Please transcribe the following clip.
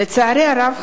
לצערי הרב,